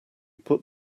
put